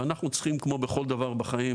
ואנחנו צריכים כמו בכל דבר בחיים